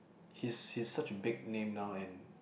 he's he's such a big name now and